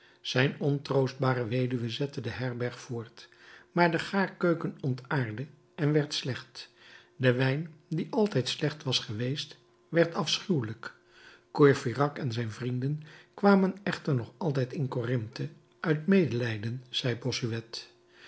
zijn ontroostbare weduwe zette de herberg voort maar de gaarkeuken ontaarde en werd slecht de wijn die altijd slecht was geweest werd afschuwelijk courfeyrac en zijn vrienden kwamen echter nog altijd in corinthe uit medelijden zei bossuet